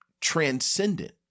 transcendent